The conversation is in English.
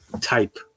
type